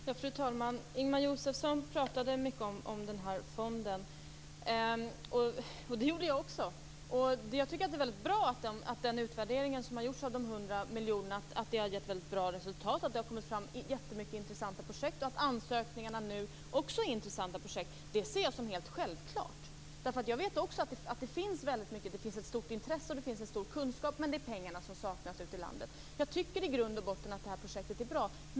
Fru talman! Ingemar Josefsson pratade mycket om den här fonden. Det gjorde jag också. Jag tycker att det är väldigt bra att den utvärdering som har gjorts av de 100 miljonerna har gett bra resultat. Det har kommit fram jättemånga intressanta projekt. Att ansökningarna också är intressanta projekt ser jag som helt självklart. Jag vet också att det finns ett stort intresse och en stor kunskap, men att det är pengarna som saknas ute i landet. Jag tycker i grund och botten att det här projektet är bra.